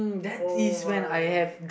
oh my